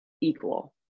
equal